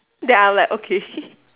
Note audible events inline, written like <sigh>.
then I'm like okay <laughs>